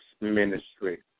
ministry